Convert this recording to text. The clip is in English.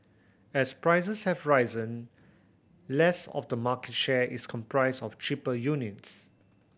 as prices have risen less of the market share is comprised of cheaper units